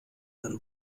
dann